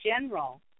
general